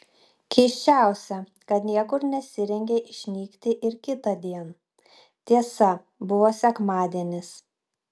keisčiausia kad niekur nesirengė išnykti ir kitądien tiesa buvo sekmadienis